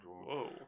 Whoa